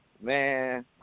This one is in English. Man